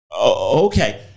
Okay